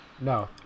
No